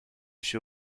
się